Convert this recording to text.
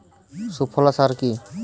সুফলা সার কি?